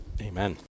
amen